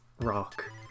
rock